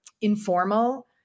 informal